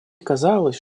казалось